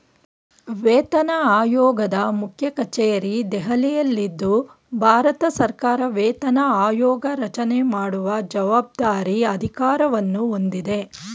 ವೇತನಆಯೋಗದ ಮುಖ್ಯಕಚೇರಿ ದೆಹಲಿಯಲ್ಲಿದ್ದು ಭಾರತಸರ್ಕಾರ ವೇತನ ಆಯೋಗರಚನೆ ಮಾಡುವ ಜವಾಬ್ದಾರಿ ಅಧಿಕಾರವನ್ನು ಹೊಂದಿದೆ